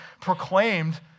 proclaimed